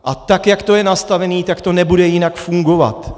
A tak jak to je nastavené, to nebude jinak fungovat.